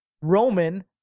Roman